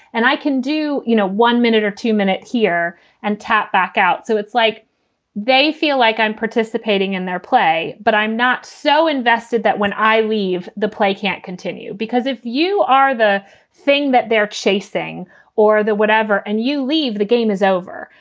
and i can do, you know, one minute or two minute here and tap back out. so it's like they feel like i'm participating in their play, but i'm not so invested that when i leave the play can't continue. because if you are the thing that they're chasing or whatever and you leave, the game is over.